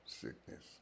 Sickness